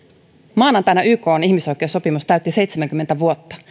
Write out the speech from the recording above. maanantaina ykn ihmisoikeussopimus täytti seitsemänkymmentä vuotta